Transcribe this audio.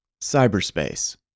Cyberspace